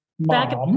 Back